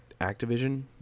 Activision